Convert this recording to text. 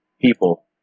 People